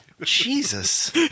Jesus